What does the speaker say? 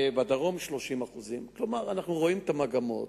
ובדרום, של 30%. כלומר, אנחנו רואים את המגמות.